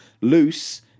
Loose